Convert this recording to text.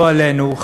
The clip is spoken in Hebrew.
לא עלינו,